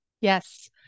Yes